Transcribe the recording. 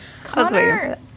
Connor